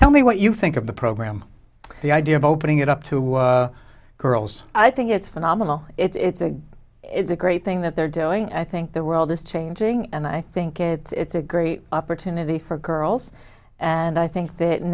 tell me what you think of the program the idea of opening it up to girls i think it's phenomenal it's a it's a great thing that they're doing i think the world is changing and i think it's a great opportunity for girls and i think that